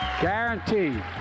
Guaranteed